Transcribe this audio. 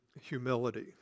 humility